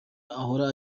ahora